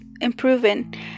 improving